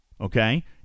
okay